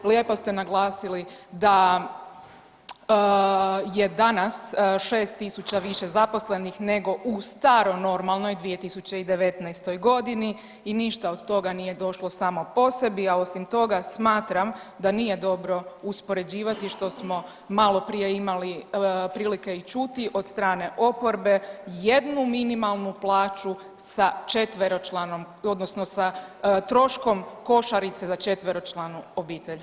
Lijepo ste naglasili da je danas 6.000 više zaposlenih nego u staro normalnoj 2019.g. i ništa od toga nije došlo samo po sebi, a osim toga smatram da nije dobro uspoređivati, što smo maloprije imali prilike i čuti od strane oporbe, jednu minimalnu plaću sa četveročlanom odnosno sa troškom košarice za četveročlanu obitelj.